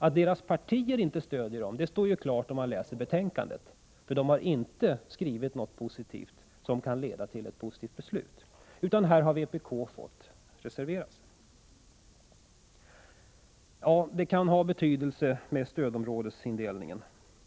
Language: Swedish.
Att deras partier inte stödjer den står klart när man läser betänkandet, för de har inte skrivit något som kan leda till ett positivt beslut, utan här har vpk fått reservera sig. Ja, stödområdesindelningen kan ha betydelse.